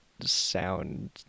sound